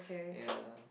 ya